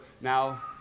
now